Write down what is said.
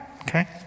Okay